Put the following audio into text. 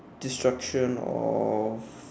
destruction of